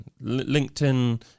LinkedIn